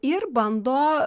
ir bando